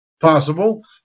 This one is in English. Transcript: Possible